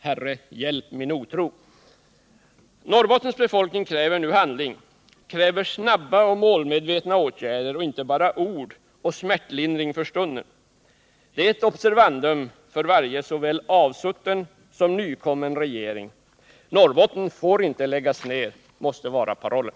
Herre, hjälp min otro! Norrbottens befolkning kräver nu handling, kräver snabba och målmed 113 vetna åtgärder och inte bara ord och smärtlindring för stunden. Det är ett observandum för varje såväl avsutten som nykommen regering. Norrbotten får inte läggas ned — det måste vara parollen.